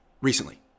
recently